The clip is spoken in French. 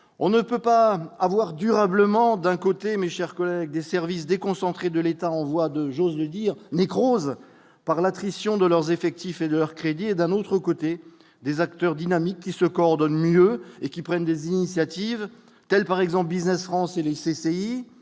on ne peut pas avoir durablement d'un côté, mes chers collègues, des services déconcentrés de l'État voit de j'ose dire, nécrose par l'attrition de leurs effectifs et de leurs crédits et d'un autre côté, des acteurs dynamiques qui se coordonnent mieux et qui prennent des initiatives telles par exemple Business français les CCI